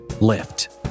lift